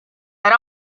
era